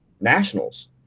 nationals